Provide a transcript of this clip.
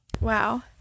wow